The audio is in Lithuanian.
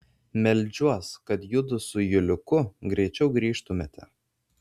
meldžiuos kad judu su juliuku greičiau grįžtumėte